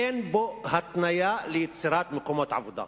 אין בו התניה ליצירת מקומות עבודה.